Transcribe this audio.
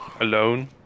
alone